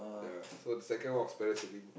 ya so the second one was parasailing